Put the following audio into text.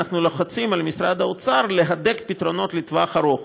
אנחנו לוחצים על משרד האוצר להדק פתרונות לטווח ארוך.